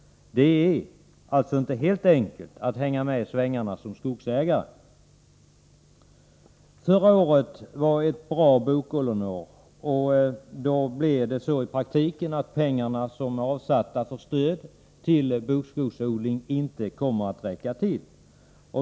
Det är alltså inte helt enkelt att hänga med i svängarna som skogsägare. Förra året var ett bra bokollonår, och under ett sådant blir det i praktiken så, att de pengar som är avsatta för stöd till bokskogsodling inte kommer att räcka till.